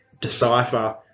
decipher